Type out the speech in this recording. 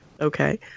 Okay